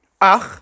Ach